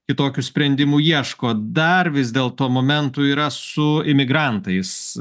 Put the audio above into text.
kitokių sprendimų ieško dar vis dėl to momentų yra su imigrantais